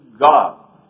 God